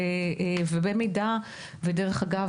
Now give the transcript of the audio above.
דרך אגב,